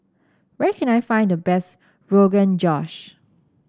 where can I find the best Rogan Josh